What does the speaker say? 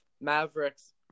Mavericks